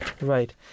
Right